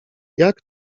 jak